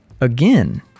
again